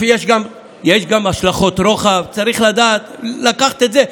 יש גם השלכות רוחב, צריך לדעת, לקחת את זה.